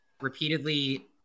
repeatedly